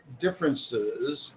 differences